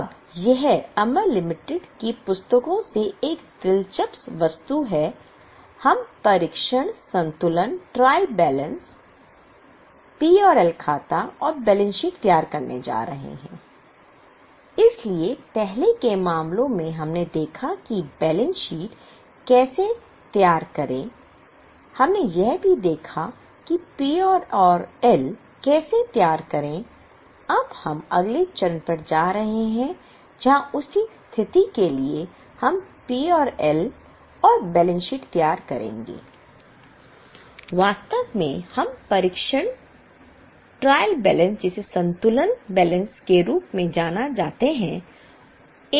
अब यह अमर लिमिटेड की पुस्तकों से एक दिलचस्प वस्तु है हम परीक्षण संतुलन के रूप में जाना जाने वाला एक और बयान भी तैयार करेंगे